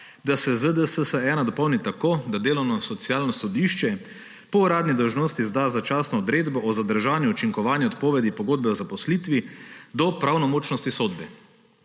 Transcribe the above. da se ZDSS-1 dopolni tako, da delovno in socialno sodišče po uradni dolžnosti izda začasno odredbo o zadržanju učinkovanja odpovedi pogodbe o zaposlitvi do pravnomočnosti sodbe,